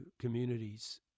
communities